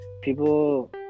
People